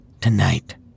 tonight